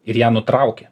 ir ją nutraukė